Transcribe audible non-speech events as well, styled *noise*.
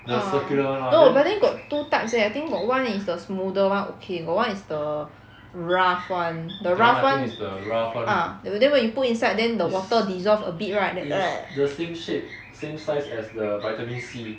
ah no but then got two types leh I think got one is the smoother [one] okay got one is the rough [one] the rough [one] ah then when you put inside then the water dissolve a bit right then *noise*